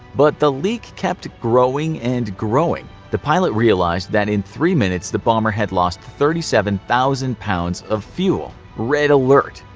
but the leak kept growing and growing. the pilot realized that in three minutes the bomber had lost thirty seven thousand pounds of fuel. red alert!